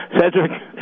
Cedric